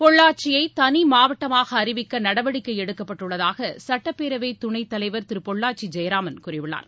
பொள்ளாச்சியை தனி மாவட்டமாக அறிவிக்க நடவடிக்கை எடுக்கப்பட்டுள்ளதாக சட்டப்பேரவை துணைத்தலைவர் திரு பொள்ளாச்சி ஜெயராமன் கூறியுள்ளார்